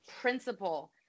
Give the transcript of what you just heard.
principle